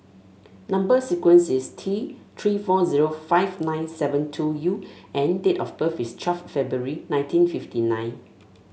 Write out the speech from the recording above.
number sequence is T Three four zero five nine seven two U and date of birth is twelfth February nineteen fifty nine